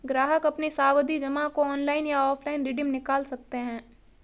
ग्राहक अपनी सावधि जमा को ऑनलाइन या ऑफलाइन रिडीम निकाल सकते है